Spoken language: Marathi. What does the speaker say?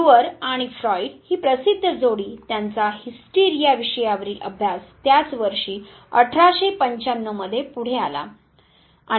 ब्रूअर आणि फ्रॉइड ही प्रसिद्ध जोडी त्यांचा हिस्टिरिया विषयावरील अभ्यास त्याच वर्षी 1895 मध्ये पुढे आला